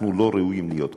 אנחנו לא ראויים להיות כאן.